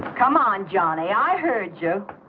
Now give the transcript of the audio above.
come on johnny i heard joe.